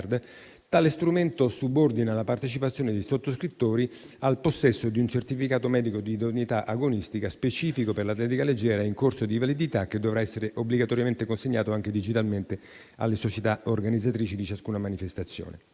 Tale strumento subordina la partecipazione dei sottoscrittori al possesso di un certificato medico di idoneità agonistica specifico per l'atletica leggera in corso di validità, che dovrà essere obbligatoriamente consegnato anche digitalmente alle società organizzatrici di ciascuna manifestazione.